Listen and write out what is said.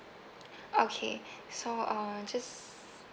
okay so uh just